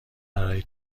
برای